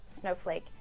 snowflake